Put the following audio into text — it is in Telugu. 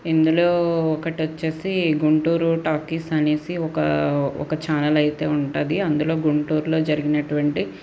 ఇందులో ఒకటి వచ్చేసి గుంటూరు టాకీస్ అనేసి ఒక ఒక ఛానల్ అయితే ఉంటుంది అందులో గుంటూరులో జరిగినటువంటి